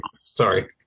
sorry